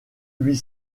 huit